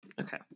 Okay